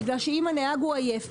כי אם הנהג עייף,